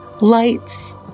Lights